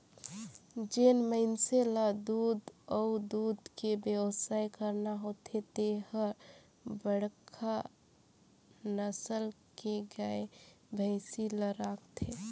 जेन मइनसे ल दूद अउ दूद के बेवसाय करना होथे ते हर बड़खा नसल के गाय, भइसी ल राखथे